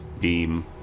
beam